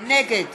נגד